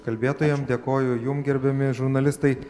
kalbėtojam dėkoju jum gerbiami žurnalistai